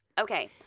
Okay